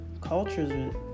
cultures